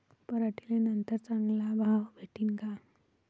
पराटीले नंतर चांगला भाव भेटीन का?